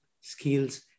skills